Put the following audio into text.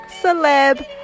celeb